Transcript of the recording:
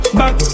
back